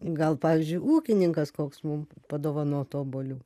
gal pavyzdžiui ūkininkas koks mum padovanotų obuolių